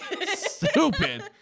Stupid